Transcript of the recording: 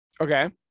Okay